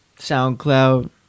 SoundCloud